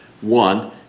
one